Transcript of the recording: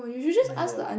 and then the